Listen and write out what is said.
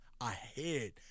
ahead